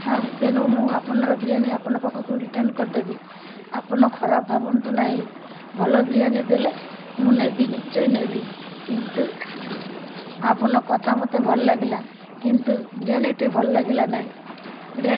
ହଁ ତେଣୁ ମୁଁ ଆପଣର ବିରିୟାନୀ ଆପଣଙ୍କ ପାଖକୁ ରିଟର୍ନ କରିଦେବି ଆପଣ ଖରାପ ଭାବନ୍ତୁ ନାହିଁ ଭଲ ବିରିୟାନୀ ଦେଲେ ମୁଁ ନେବି ନିଶ୍ଚୟ ନେବି କିନ୍ତୁ ଆପଣ କଥା ମୋତେ ଭଲ ଲାଗିଲା କିନ୍ତୁ ବିରିୟାନୀଟି ଭଲ ଲାଗିଲା ନହିଁ ବିରିୟାନୀ